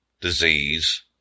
disease